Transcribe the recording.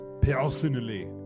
Personally